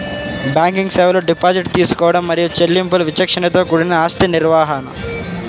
banking సేవలు deposit తీసుకోవడం మరియు చెల్లింపులు విచక్షణతో కూడిన ఆస్తి నిర్వహణ,